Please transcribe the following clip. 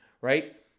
right